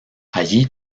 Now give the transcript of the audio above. allí